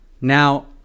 now